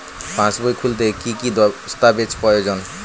পাসবই খুলতে কি কি দস্তাবেজ প্রয়োজন?